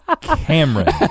Cameron